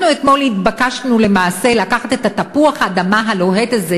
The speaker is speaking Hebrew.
אתמול התבקשנו למעשה לקחת את תפוח האדמה הלוהט הזה,